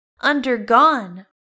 undergone